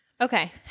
okay